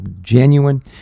genuine